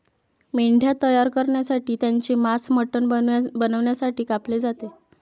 मेंढ्या तयार करण्यासाठी त्यांचे मांस मटण बनवण्यासाठी कापले जाते